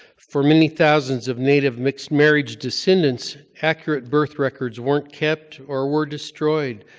for many thousands of natives mixed-marriage descendants, accurate birth records weren't kept, or were destroyed,